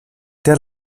der